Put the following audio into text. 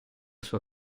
sua